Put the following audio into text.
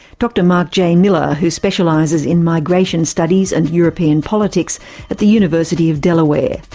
dr mark j. miller, who specialises in migration studies and european politics at the university of delaware.